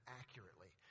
accurately